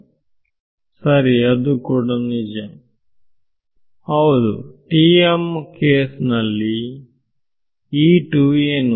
ವಿದ್ಯಾರ್ಥಿ ಸರಿ ಅದು ಕೂಡ ನಿಜ ಹೌದು TM ಕೇಸ್ನಲ್ಲಿ ಏನು